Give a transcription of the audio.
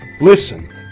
Listen